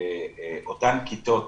אותן כיתות